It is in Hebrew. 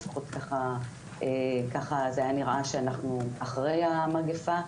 לפחות ככה זה היה נראה שאנחנו אחרי המגפה,